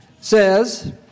says